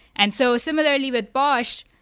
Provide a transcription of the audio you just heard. and so similarly with bosh,